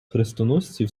хрестоносців